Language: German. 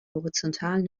horizontalen